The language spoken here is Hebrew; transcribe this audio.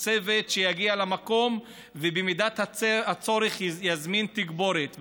צוות שיגיע למקום ובמידת הצורך יזמין תגבורת.